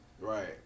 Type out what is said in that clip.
right